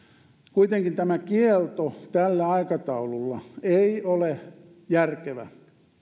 kuitenkaan tämä kielto tällä aikataululla ei ole järkevä